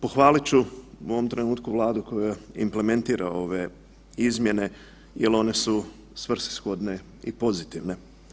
Pohvalit ću u ovom trenutku Vladu koja implementira ove izmjene jel one su svrsishodne i pozitivne.